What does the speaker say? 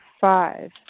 Five